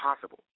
possible